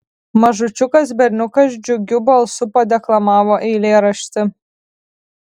mažučiukas berniukas džiugiu balsu padeklamavo eilėraštį